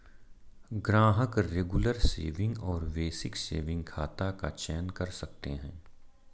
ग्राहक regular saving और basic saving खाता का चयन कर सकते है